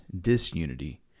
disunity